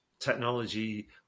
technology